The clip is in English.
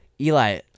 Eli